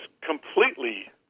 completely